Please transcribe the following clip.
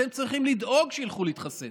אתם צריכים לדאוג שילכו להתחסן,